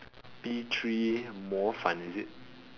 T three 模范 is it